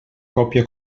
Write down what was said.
còpia